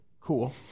cool